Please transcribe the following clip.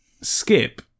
skip